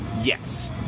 Yes